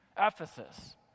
Ephesus